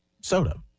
soda